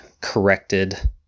corrected